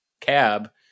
cab